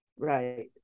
Right